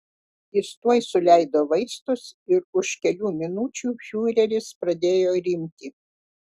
jis tuoj suleido vaistus ir už kelių minučių fiureris pradėjo rimti